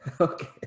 Okay